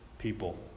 people